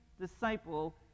disciple